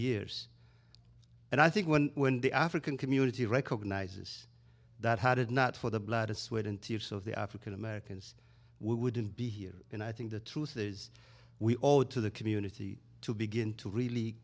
years and i think when the african community recognizes that had it not for the blood sweat and tears of the african americans we wouldn't be here and i think the truth is we all would to the community to begin to really